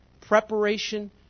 preparation